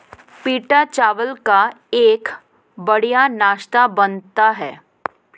पीटा चावल का एक बढ़िया नाश्ता बनता है